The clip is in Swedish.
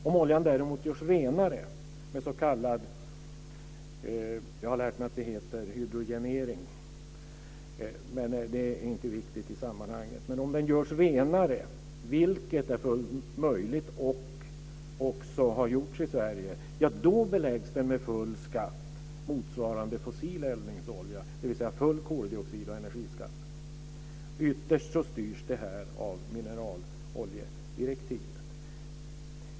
Om oljan däremot görs renare med s.k. hydrogenering som jag har lärt mig att det heter - men det är inte viktigt i sammanhanget - vilket är fullt möjligt och också har gjorts i Sverige, beläggs den med full skatt motsvarande fossil eldningsolja, dvs. full koldioxid och energiskatt. Ytterst styrs det här av mineraloljedirektivet.